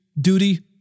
duty